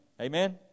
Amen